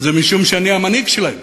זה משום שאני המנהיג שלהם,